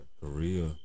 Korea